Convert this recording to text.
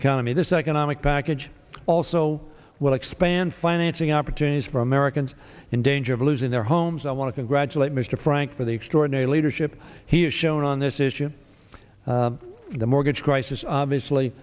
economy this economic package also will expand financing opportunities for americans in danger of losing their homes i want to congratulate mr frank for the extraordinary leadership he has shown on this issue the mortgage crisis obviously